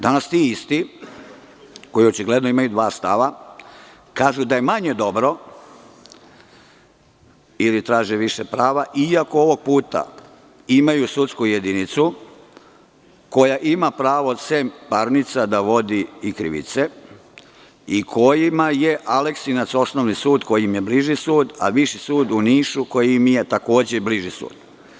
Danas ti isti, koji očigledno imaju dva stava, kažu da je manje dobro ili traže više prava, iako ovog puta imaju sudsku jedinicu koja ima pravo, sem parnica, da vodi i krivice i kojima je Aleksinac osnovni sud, koji im je bliži sud, a Viši sud u Nišu, koji im je takođe bliži sud.